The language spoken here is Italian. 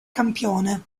campione